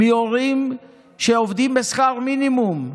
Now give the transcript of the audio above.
מהורים שעובדים בשכר מינימום.